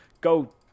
go